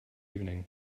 evening